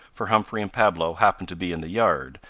for humphrey and pablo happened to be in the yard,